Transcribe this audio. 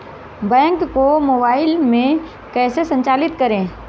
Bank को mobile में कैसे संचालित करें?